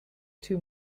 too